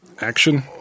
action